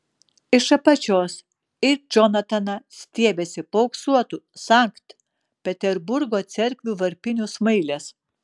iš apačios į džonataną stiebiasi paauksuotų sankt peterburgo cerkvių varpinių smailės